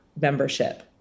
membership